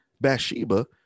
Bathsheba